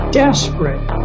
desperate